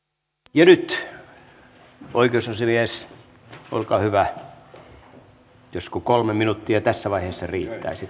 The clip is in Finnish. ja nyt oikeusasiamies olkaa hyvä josko kolme minuuttia tässä vaiheessa riittäisi